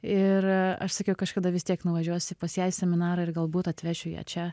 ir aš sakiau kažkada vis tiek nuvažiuosi pas ją seminarą ir galbūt atvešiu ją čia